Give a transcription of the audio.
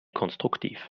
konstruktiv